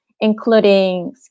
including